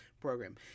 program